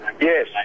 yes